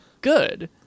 good